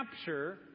capture